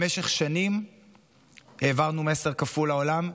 במשך שנים העברנו מסר כפול לעולם,